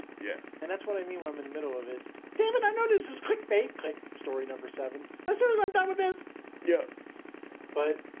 yeah and that's what i mean when i'm in the middle of it damn and i know this is quick mate quick story number seven let's turn as i'm done with this yeah but